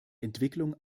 entwicklung